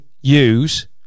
use